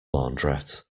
launderette